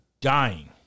dying